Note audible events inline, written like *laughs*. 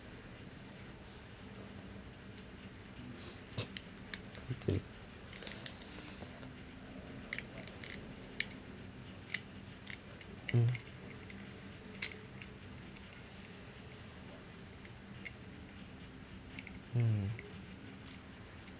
*laughs* d~ mm mm